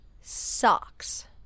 Socks